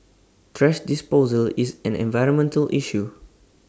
thrash disposal is an environmental issue